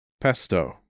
Pesto